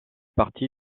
partis